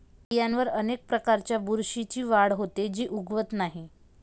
बियांवर अनेक प्रकारच्या बुरशीची वाढ होते, जी उगवत नाही